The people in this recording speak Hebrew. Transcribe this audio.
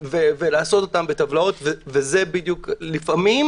ולעשות בטבלאות וזה - לפעמים